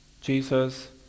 Jesus